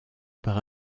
par